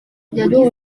yagize